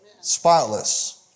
Spotless